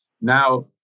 Now